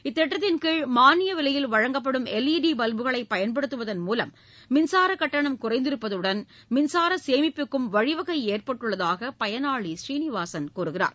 இத்திட்டத்தின் கீழ் மாளிய விலையில் வழங்கப்படும் எல் இ டி பவ்புகளை பயன்படுத்துவதன் மூலம் மின்சார கட்டணம் குறைந்திருப்பதுடன் மின்சார சேமிப்புக்கும் வழிவகை ஏற்பட்டுள்ளதாக பயனாளி சீனிவாசன் கூறுகிறார்